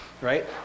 right